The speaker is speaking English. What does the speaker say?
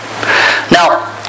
Now